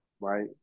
Right